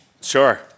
Sure